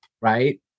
Right